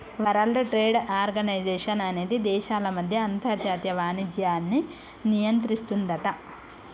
world trade organization అనేది దేశాల మధ్య అంతర్జాతీయ వాణిజ్యాన్ని నియంత్రిస్తుందట